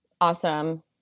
Awesome